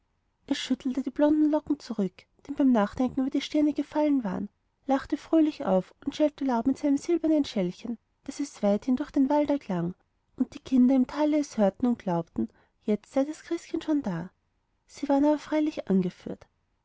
es schüttelte die blonden locken zurück die ihm beim nachdenken über die stirne gefallen waren lachte fröhlich auf und schellte laut mit seinem silbernen schellchen daß es weithin durch den wald erklang und die kinder im tale es hörten und glaubten jetzt sei das christkind schon da sie waren aber freilich angeführt